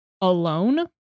alone